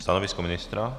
Stanovisko ministra?